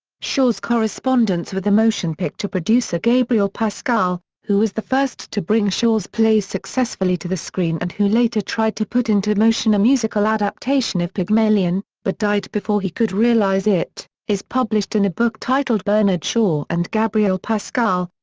shaw's correspondence with the motion picture producer gabriel pascal, who was the first to bring shaw's plays successfully to the screen and who later tried to put into motion a musical adaptation of pygmalion, but died before he could realize it, is published in a book titled bernard shaw and gabriel pascal,